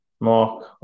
Mark